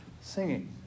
singing